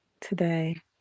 today